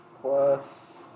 plus